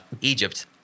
Egypt